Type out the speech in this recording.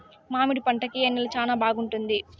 మామిడి పంట కి ఏ నేల చానా బాగుంటుంది